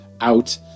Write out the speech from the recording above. out